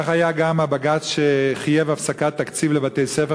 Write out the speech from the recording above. כך היה גם הבג"ץ שחייב הפסקת תקציב לבתי-ספר